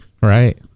Right